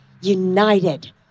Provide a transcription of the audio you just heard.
united